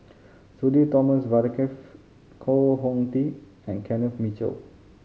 Sudhir Thomas Vadaketh Koh Hong Teng and Kenneth Mitchell